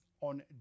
on